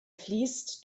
fließt